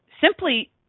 Simply